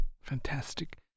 Fantastic